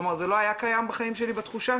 כלומר זה לא היה קיים בחיים שלי בתחושה,